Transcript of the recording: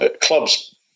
clubs